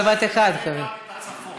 זה כולל גם את הצפון?